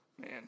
man